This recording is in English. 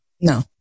no